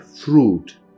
fruit